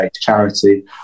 charity